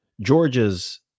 Georgia's